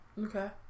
Okay